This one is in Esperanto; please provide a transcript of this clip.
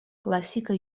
klasika